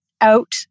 out